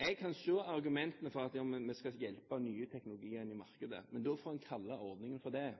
Jeg kan se argumentene for at man skal hjelpe den nye teknologien i markedet, men da får man kalle ordningen for det.